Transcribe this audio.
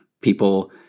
people